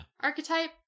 archetype